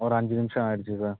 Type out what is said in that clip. ஒரு அஞ்சு நிமிஷம் ஆகிடுச்சு சார்